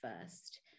first